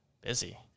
Busy